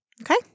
Okay